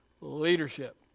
leadership